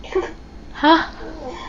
!huh!